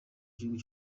gihugu